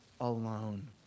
alone